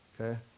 Okay